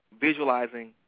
visualizing